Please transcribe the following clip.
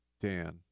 Dan